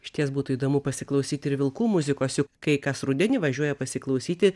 išties būtų įdomu pasiklausyt ir vilkų muzikos juk kai kas rudenį važiuoja pasiklausyti